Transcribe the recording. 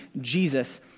Jesus